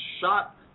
shot